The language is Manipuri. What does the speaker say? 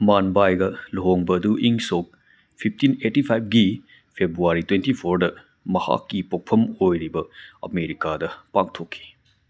ꯃꯥꯟ ꯕꯥꯏꯒꯥ ꯂꯨꯍꯣꯡꯕꯗꯨ ꯏꯪꯁꯣꯛ ꯐꯤꯞꯇꯤꯟ ꯑꯦꯠꯇꯤ ꯐꯥꯏꯚꯀꯤ ꯐꯦꯕꯋꯥꯔꯤ ꯇ꯭ꯋꯦꯟꯇꯤ ꯐꯣꯔꯗ ꯃꯍꯥꯛꯀꯤ ꯄꯣꯛꯐꯝ ꯑꯣꯏꯔꯤꯕ ꯑꯃꯦꯔꯤꯀꯥꯗ ꯄꯥꯡꯊꯣꯛꯈꯤ